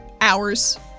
Hours